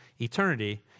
eternity